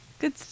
Good